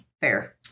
fair